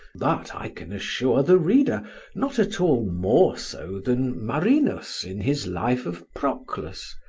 but i can assure the reader not at all more so than marinus in his life of proclus,